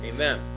Amen